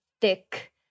thick